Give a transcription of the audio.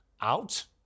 out